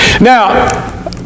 Now